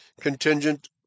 contingent